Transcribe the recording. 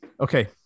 Okay